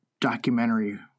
documentary